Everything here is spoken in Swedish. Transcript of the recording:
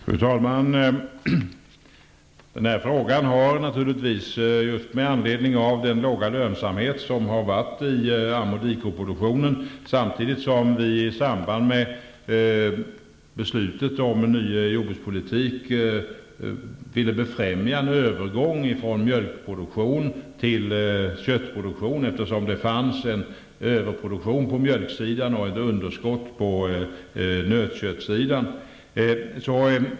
Fru talman! Det har varit låg lönsamhet i amkooch dikoproduktionen samtidigt som vi i samband med beslutet om ny jordbrukspolitik har velat befrämja en övergång från mjölkproduktion till köttproduktion, eftersom det fanns en överproduktion på mjölksidan och ett underskott på nötköttssidan.